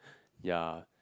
ya